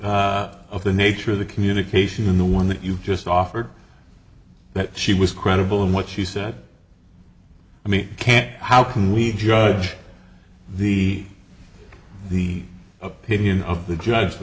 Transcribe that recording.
the of the nature of the communication the one that you just offered that she was credible in what she said i mean can't how can we judge the the opinion of the judge the